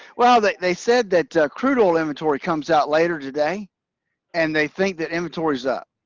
well, they they said that crude oil inventory comes out later today and they think that inventory's up.